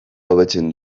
hobetzen